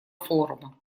форума